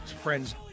friends